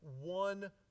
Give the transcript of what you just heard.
one